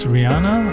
Rihanna